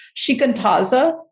Shikantaza